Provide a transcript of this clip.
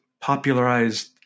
popularized